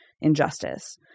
injustice